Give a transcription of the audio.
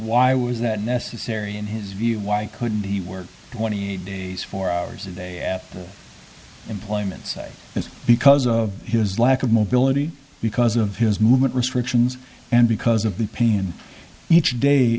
why was that necessary in his view why couldn't he work twenty eight days four hours a day at employment say it's because of his lack of mobility because of his movement restrictions and because of the pain and each day